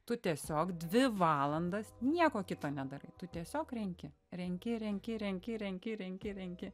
tu tiesiog dvi valandas nieko kito nedarai tu tiesiog renki renki renki renki renki renki renki